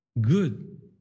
good